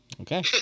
Okay